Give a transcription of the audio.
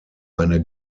eine